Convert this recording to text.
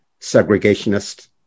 segregationist